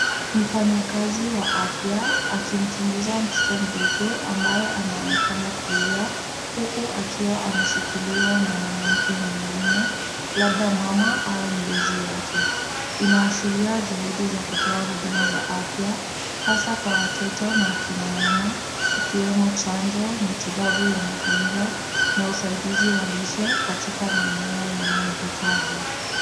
Mfanyakazi wa afya akimchunguza mtoto mdogo ambaye anaonekana kulia huku akiwa ameshikiliwa na mwanamke mwingine labda mama au mlezi wake. Inaashiria juhudi za kutoa huduma za afya hasa kwa watoto na akina mama ikiwemo chanjo, matibabu ya magonjwa na usaidizi wa lishe katika maeneo yanayohitaji.